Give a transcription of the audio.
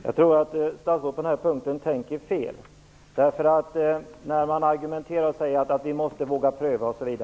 Herr talman! Jag tror att statsrådet tänker fel när hon säger att vi måste våga pröva, osv.